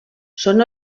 són